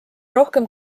rohkem